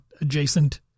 adjacent